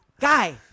Guy